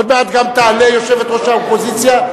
עוד מעט גם תעלה יושבת-ראש האופוזיציה,